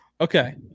Okay